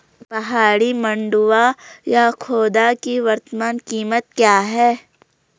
पहाड़ी मंडुवा या खोदा की वर्तमान कीमत क्या है?